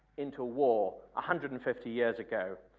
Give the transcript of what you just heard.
into war, a hundred and fifty years ago,